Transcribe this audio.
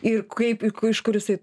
ir kaip iš kur jisai